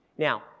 Now